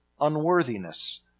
unworthiness